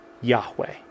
Yahweh